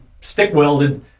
stick-welded